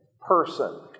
person